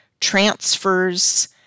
transfers